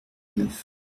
neuf